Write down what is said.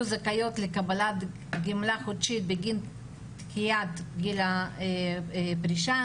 זכאיות לקבלת גמלה חודשית בגין דחיית גיל הפרישה,